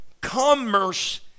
commerce